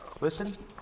Listen